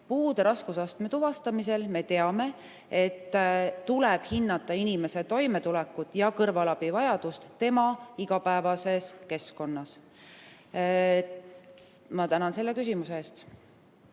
Puude raskusastme tuvastamisel me teame, et tuleb hinnata inimese toimetulekut ja kõrvalabivajadust tema igapäevases keskkonnas. Aitäh küsimuse eest!